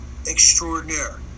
extraordinaire